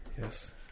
Yes